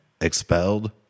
expelled